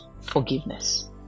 forgiveness